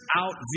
out